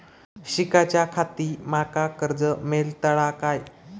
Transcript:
शिकाच्याखाती माका कर्ज मेलतळा काय?